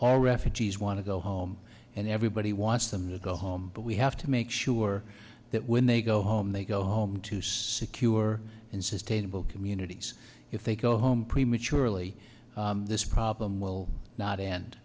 all refugees want to go home and everybody wants them to go home but we have to make sure that when they go home they go home to secure insist able communities if they go home prematurely this problem will not end